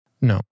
no